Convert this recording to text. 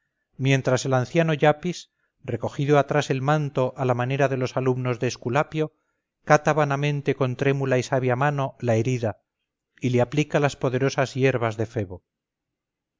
mientras el anciano iapis recogido atrás el manto a la manera de los alumnos de esculapio cata vanamente con trémula y sabia mano la herida y le aplica las poderosas hierbas de